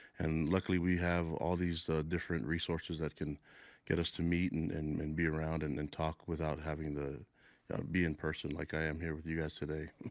and luckily, we have all these different resources that can get us to meet and and be around and and talk without having to be in person like i am here with you guys today.